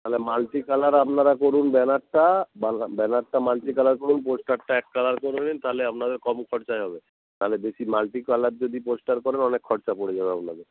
তালে মাল্টিকালার আপনারা করুন ব্যানারটা ব্যাল ব্যানারটা মাল্টিকালার করুন পোস্টারটা এক কালার করবেন তালে আপনাদের কম খরচায় হবে তাহলে বেশি মাল্টিকালার যদি পোস্টার করেন অনেক খরচা পড়ে যাবে আপনাদের